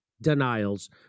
denials